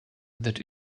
that